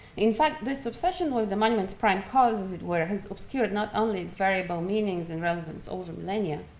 in fact this obsession with the monument's prime cause, as it were, has obscured not only its variable meanings and relevance over millennia,